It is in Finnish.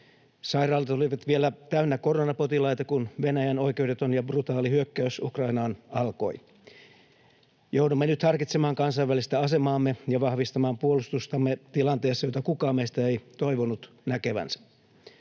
Sairaalat olivat vielä täynnä koronapotilaita, kun Venäjän oikeudeton ja brutaali hyökkäys Ukrainaan alkoi. Joudumme nyt harkitsemaan kansainvälistä asemaamme ja vahvistamaan puolustustamme tilanteessa, jota kukaan meistä ei toivonut näkevänsä.